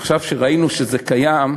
עכשיו כשראינו שזה קיים,